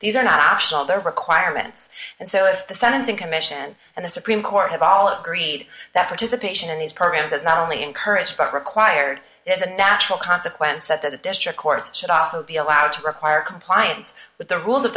these are not optional they're requirements and so it's the sentencing commission and the supreme court have all agreed that participation in these programs is not only encouraged but required is a natural consequence that the district courts should also be allowed to require compliance with the rules